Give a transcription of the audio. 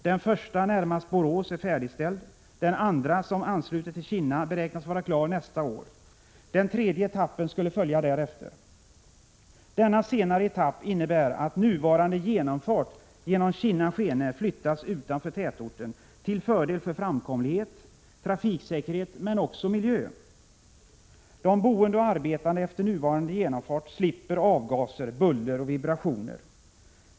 Den första närmast Borås är färdigställd, den andra som ansluter till Kinna beräknas vara klar nästa år. Den tredje etappen skulle följa därefter. Denna senare etapp innebär att nuvarande genomfart genom Kinna-Skene flyttas utanför tätorten till fördel för framkomlighet, trafiksäkerhet men också miljö. De boende och arbetande längs nuvarande genomfart slipper avgaser, buller och vibrationer.